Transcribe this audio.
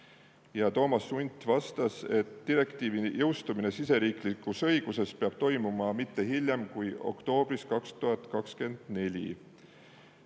Toomas Unt vastas, et direktiivi jõustumine siseriiklikus õiguses peab toimuma mitte hiljem kui oktoobris 2024.